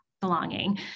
belonging